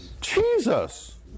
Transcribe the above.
Jesus